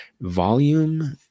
volume